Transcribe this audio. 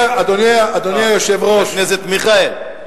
חבר הכנסת מיכאלי,